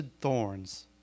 thorns